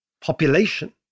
population